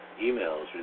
emails